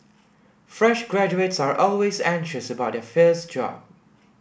fresh graduates are always anxious about their first job